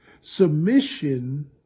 Submission